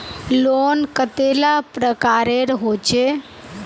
Loan कतेला प्रकारेर होचे?